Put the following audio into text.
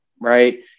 Right